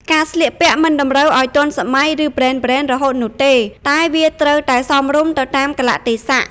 ការស្លៀកពាក់មិនតម្រូវឲ្យទាន់សម័យ ឬប្រេនៗរហូតនោះទេ តែវាត្រូវតែសមរម្យទៅតាមកាលៈទេសៈ។